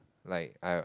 like I uh